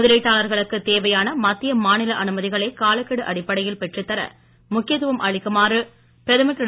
முதலீட்டாளர்களுக்குத் தேவையான மத்திய மாநில அனுமதிகளை காலக்கெடு அடிப்படையில் பெற்றுத் தர முக்கியத்துவம் அளிக்குமாறு பிரதமர் திரு